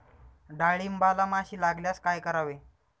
डाळींबाला माशी लागल्यास काय करावे?